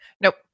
Nope